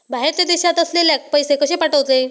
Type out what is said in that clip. बाहेरच्या देशात असलेल्याक पैसे कसे पाठवचे?